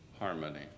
harmony